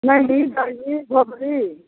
नैनी ददरी भोकरी